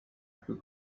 kui